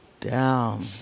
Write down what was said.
down